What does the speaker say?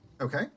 Okay